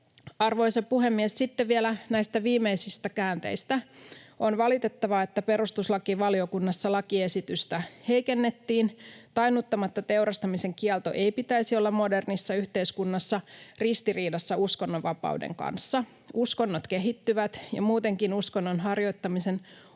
Arvoisa puhemies! Sitten vielä näistä viimeisistä käänteistä. On valitettavaa, että perustuslakivaliokunnassa lakiesitystä heikennettiin. Tainnuttamatta teurastamisen kiellon ei pitäisi olla modernissa yhteiskunnassa ristiriidassa uskonnonvapauden kanssa. Uskonnot kehittyvät, ja muutenkin uskonnon harjoittamisen oikeus